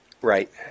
Right